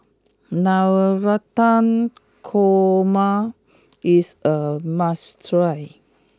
Navratan Korma is a must try